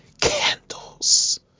Candles